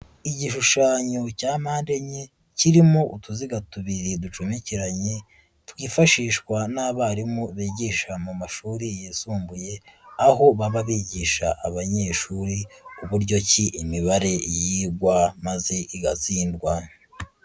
Igishushanyo cya mpande enye kirimo utuziga tubiri ducumbikiranye, twifashishwa n'abarimu bigisha mu mashuri yisumbuye, aho baba bigisha abanyeshuri, uburyo ki imibare yigwa maze igatsindwa.